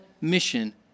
mission